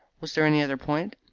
was there any other point?